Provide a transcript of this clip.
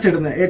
on the